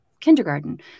kindergarten